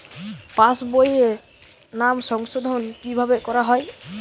পাশ বইয়ে নাম সংশোধন কিভাবে করা হয়?